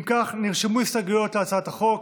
אם כך, נרשמו הסתייגויות להצעת החוק.